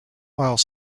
while